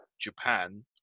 Japan